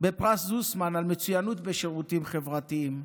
בפרס זוסמן על מצוינות בשירותים חברתיים,